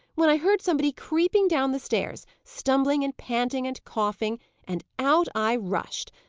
when i heard somebody creeping down the stairs stumbling, and panting, and coughing and out i rushed.